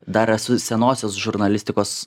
dar esu senosios žurnalistikos